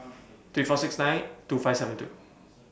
three four six nine two five seven two